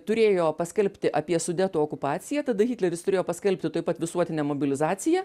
turėjo paskelbti apie sudetų okupaciją tada hitleris turėjo paskelbti tuoj pat visuotinę mobilizaciją